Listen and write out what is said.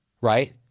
right